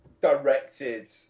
directed